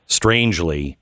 strangely